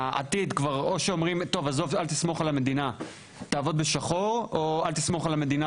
או שתסמוך על המדינה או שלא תסמוך על המדינה